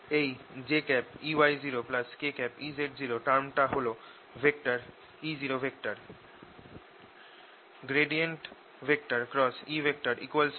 এই jEy0kEz0 টার্মটা হল ভেক্টর E0